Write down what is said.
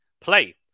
play